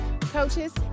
coaches